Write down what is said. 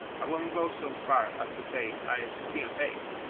i won't go so far as to say i steal eggs,